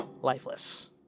lifeless